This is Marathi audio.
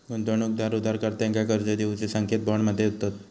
गुंतवणूकदार उधारकर्त्यांका कर्ज देऊचे संकेत बॉन्ड मध्ये होतत